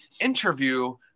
interview